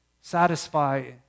satisfy